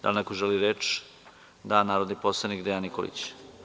Da li neko želi reč? (Da.) Narodni poslanik Dejan Nikolić.